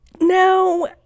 No